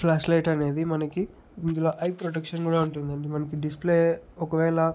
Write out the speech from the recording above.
flash light అనేది మనకి ఇందులో ఐ ప్రొటెక్షన్ కూడా ఉంటుందండి మనకి డిస్ప్లే ఒకవేళ